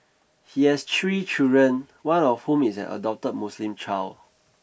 he has three children one of whom is an adopted Muslim child